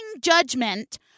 judgment